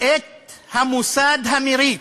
את המוסד המריץ,